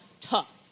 tough